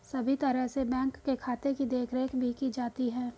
सभी तरह से बैंक के खाते की देखरेख भी की जाती है